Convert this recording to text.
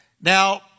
Now